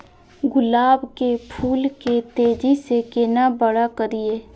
गुलाब के फूल के तेजी से केना बड़ा करिए?